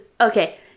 okay